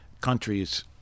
countries